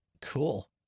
cool